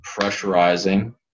pressurizing